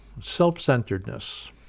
self-centeredness